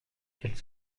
quelle